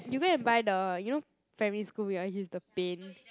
you go and buy the you know primary school we always use the paint